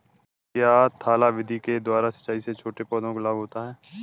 क्या थाला विधि के द्वारा सिंचाई से छोटे पौधों को लाभ होता है?